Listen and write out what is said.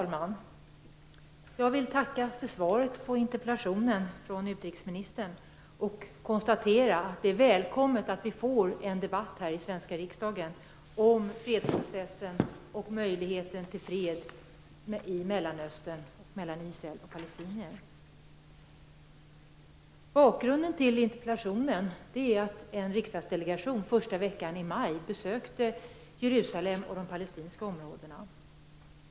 Fru talman! Jag vill tacka för svaret på interpellationen från utrikesministern. Jag konstaterar att det är välkommet att vi får en debatt här i den svenska riksdagen om fredsprocessen och möjligheten till fred i Bakgrunden till interpellationen är det besök som en riksdagsdelegation första veckan i maj gjorde i Jerusalem och i de palestinska områdena.